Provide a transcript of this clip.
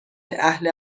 اهل